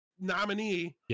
nominee